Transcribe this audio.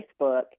Facebook